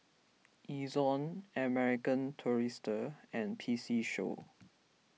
Ezion American Tourister and P C Show